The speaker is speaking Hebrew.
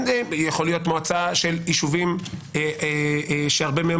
יכולה להיות מועצה של יישובים שהרבה מהם